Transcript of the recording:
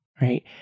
right